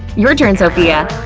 your turn, sophia!